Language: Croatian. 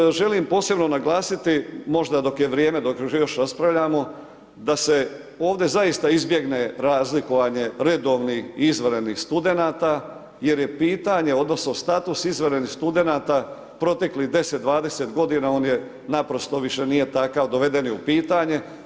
Nadalje, želim posebno naglasiti, možda dok je vrijeme dok još raspravljamo da se ovdje zaista izbjegne razlikovan je redovnih i izvanrednih studenata jer je pitanje odnosno status izvanrednih studenata proteklih 10-20 godina on je naprosto više nije takav, doveden je u pitanje.